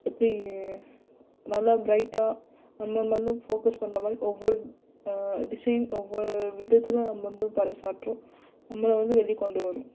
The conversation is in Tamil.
எப்படி நல்லா பிரைட்டாக நம்ம மேலும் ஃபோகஸ் பண்றமாதிரி ஒவ்வொரு டிசைன் ஒவ்வொரு விதத்தில் நம்ம வந்து பறைச்சாற்றும் நம்மளை வந்து வெளிக் கொண்டு வரும்